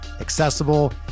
accessible